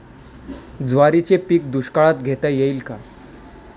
ज्वारीचे पीक दुष्काळात घेता येईल का?